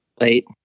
late